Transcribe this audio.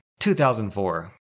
2004